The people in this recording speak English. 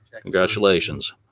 Congratulations